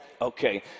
Okay